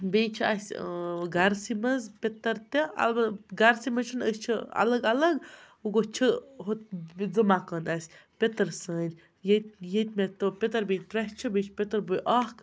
بیٚیہِ چھِ اَسہِ گَرٕسٕے منٛز پِتٕر تہٕ اَلبتہ گَرسٕے منٛز چھِنہٕ أسۍ چھِ الگ الگ وۄنۍ گوٚو چھِ ہُہ زٕ مکان اَسہِ پیٚتٕر سٕنٛدۍ ییٚتہِ ییٚتہِ مےٚ تِم پِتٕر بیٚنہِ ترٛےٚ چھِ بیٚیہِ چھِ پِتٕر بوے اَکھ